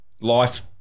life